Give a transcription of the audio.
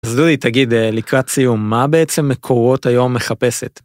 אז דודי תגיד לקראת סיום, מה בעצם מקורות היום מחפשת?